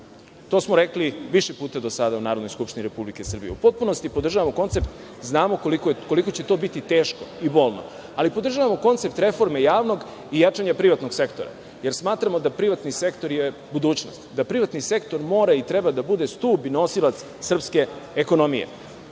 to smo rekli više puta do sada u Narodnoj skupštini Republike Srbije, u potpunosti podržavamo koncept, znamo koliko će to biti teško i bolno, ali podržavamo koncept reforme javnog i jačanja privatnog sektora. Smatramo da je privatni sektor budućnost, da privatni sektor mora i treba da bude stub i nosilac srpske ekonomije.